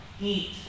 eat